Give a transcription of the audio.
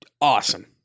awesome